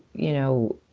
you know,